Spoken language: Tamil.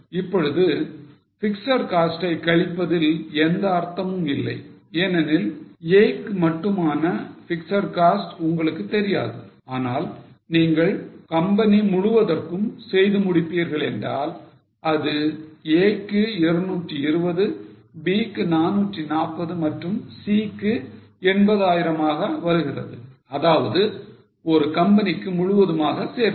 இப்பொழுது பிக்ஸட் காஸ்ட் ஐ கழிப்பதில் எந்த அர்த்தமும் இல்லை ஏனெனில் A க்கு மட்டுமான பிக்ஸட் காஸ்ட் உங்களுக்கு தெரியாது ஆனால் நீங்கள் கம்பெனி முழுவதற்கும் செய்து முடிப்பீர்கள் என்றால் அது A க்கு 220 B க்கு 440 மற்றும் C க்கு 80000 மாக வருகிறது அதாவது ஒரு கம்பெனிக்கு முழுவதுமாக சேர்த்து